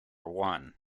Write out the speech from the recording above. one